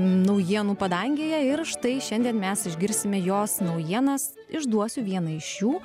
naujienų padangėje ir štai šiandien mes išgirsime jos naujienas išduosiu vieną iš jų